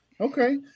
okay